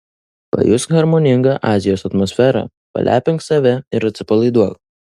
pajusk harmoningą azijos atmosferą palepink save ir atsipalaiduok